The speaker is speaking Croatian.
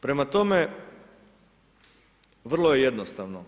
Prema tome, vrlo je jednostavno.